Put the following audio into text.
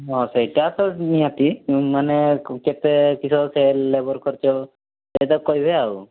ହଁ ସେଇଟା ତ ନିହାତି ମାନେ କେତେ କିସ ସେ ଲେବର୍ ଖର୍ଚ୍ଚ ସେଇଟା କହିବେ ଆଉ